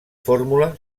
fórmula